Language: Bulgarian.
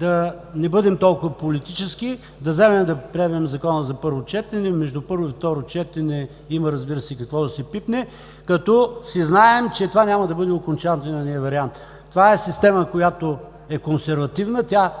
да не бъдем толкова политически, да вземем да приемем Закона за първо четене. Между първо и второ четене има, разбира се, какво да се пипне, като си знаем, че това няма да бъде окончателният вариант. Това е система, която е консервативна, тя